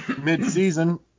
mid-season